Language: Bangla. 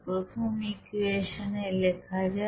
প্রথমে ইকুয়েশন লেখা যাক